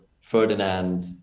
Ferdinand